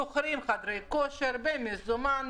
שוכרים חדרי כושר במזומן,